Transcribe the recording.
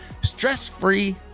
stress-free